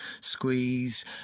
Squeeze